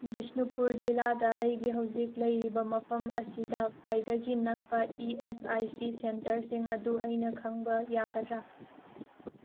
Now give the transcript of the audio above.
ꯕꯤꯁꯅꯨꯄꯨꯔ ꯖꯤꯜꯂꯥꯗ ꯑꯩꯒꯤ ꯍꯧꯖꯤꯛ ꯂꯩꯔꯤꯕ ꯃꯐꯝ ꯑꯁꯤꯗ ꯈ꯭ꯋꯥꯏꯗꯒꯤ ꯅꯛꯄ ꯏ ꯑꯦꯁ ꯑꯥꯏ ꯁꯤ ꯁꯦꯟꯇꯔꯁꯤꯡ ꯑꯗꯨ ꯑꯩꯅ ꯈꯪꯕ ꯌꯥꯒꯗ꯭ꯔꯥ